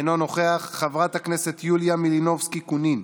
אינו נוכח, חברת הכנסת יוליה מלינובסקי קונין,